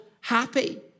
happy